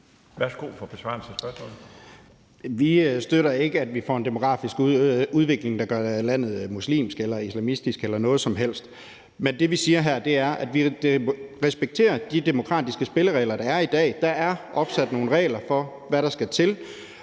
11:31 Kristian Bøgsted (DD): Vi støtter ikke, at vi får en demografisk udvikling, der gør landet muslimsk eller islamistisk eller noget som helst. Men det, vi siger her, er, at vi respekterer de demokratiske spilleregler, der er i dag. Der er opsat nogle regler for, hvad der skal til,